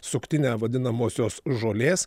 suktinę vadinamosios žolės